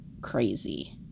crazy